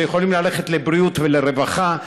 שיכולים ללכת לבריאות ולרווחה,